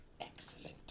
Excellent